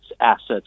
assets